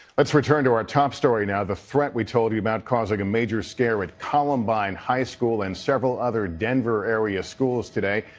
let's return to our top story now, the threat we told you about causing a major scare at columbine high school and several other denver area schools today.